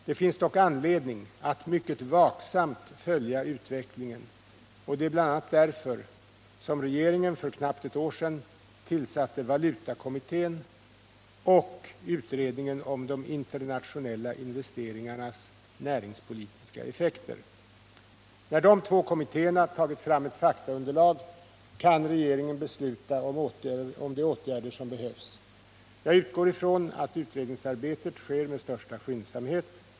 Det finns dock anledning att mycket vaksamt följa utvecklingen, och det är bl.a. därför som regeringen för knappt ett år sedan tillsatte valutakommittén och utredningen om de internationella investeringarnas näringspolitiska effekter. När dessa två kommittéer tagit fram ett faktaunderlag kan regeringen besluta om de åtgärder som behövs. Jag utgår från att utredningsarbetet sker med största skyndsamhet.